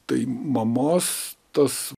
tai mamos tas